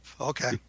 Okay